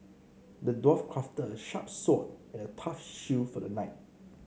the dwarf crafted a sharp sword and a tough shield for the knight